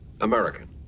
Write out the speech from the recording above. American